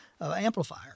amplifier